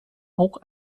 auch